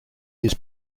his